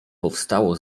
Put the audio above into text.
powstało